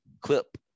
clip